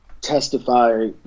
testify